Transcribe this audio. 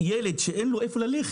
ילד, אין לו איפה ללכת,